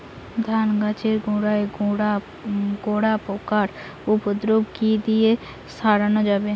ধান গাছের গোড়ায় ডোরা পোকার উপদ্রব কি দিয়ে সারানো যাবে?